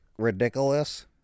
ridiculous